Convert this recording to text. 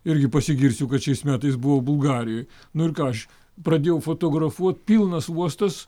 irgi pasigirsiu kad šiais metais buvo bulgarijoj nu ir ką aš pradėjau fotografuot pilnas uostas